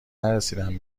نرسیدم